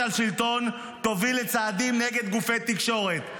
על שלטון תוביל לצעדים נגד גופי תקשורת.